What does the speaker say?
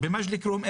במג'דל כרום,